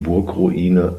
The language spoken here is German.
burgruine